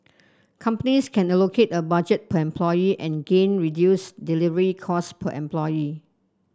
companies can allocate a budget per employee and gain reduced delivery cost per employee